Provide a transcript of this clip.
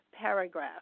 paragraph